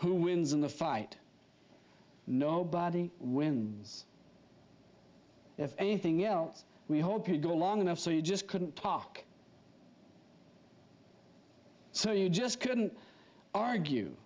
who wins in the fight nobody wins anything else we hope you go a long enough so you just couldn't talk so you just couldn't argue